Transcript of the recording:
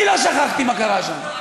אני לא שכחתי מה קרה שם.